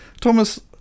Thomas